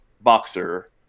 boxer